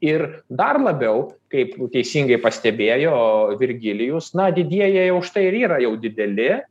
ir dar labiau kaip teisingai pastebėjo virgilijus na didieji jie už tai ir yra jau dideli